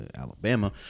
Alabama